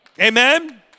Amen